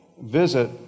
Visit